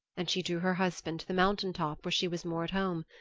and she drew her husband to the mountaintop where she was more at home.